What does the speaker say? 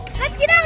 let's get